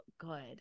good